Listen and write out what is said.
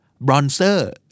Bronzer